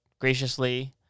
graciously